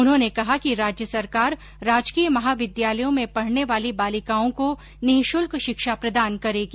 उन्होंने कहा कि राज्य सरकार राजकीय महाविद्यालयों में पढ़ने वाली बालिकाओं को निःशुल्क शिक्षा प्रदान करेगी